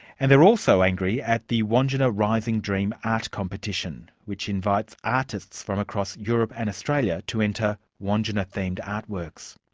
and they're also angry at the wandjina rising dream art competition, which invites artists from across europe and australia to enter wandjina themed artworks.